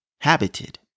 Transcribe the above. habited